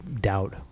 doubt